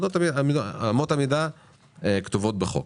אמות המידה כתובות בחוק.